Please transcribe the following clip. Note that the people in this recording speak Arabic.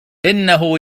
إنه